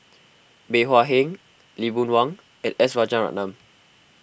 Bey Hua Heng Lee Boon Wang and S Rajaratnam